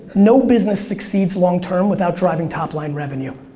no business succeeds long-term without driving top line revenue.